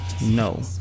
no